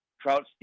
trout